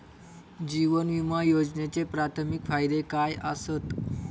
जीवन विमा योजनेचे प्राथमिक फायदे काय आसत?